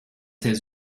his